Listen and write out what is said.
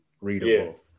readable